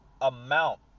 amount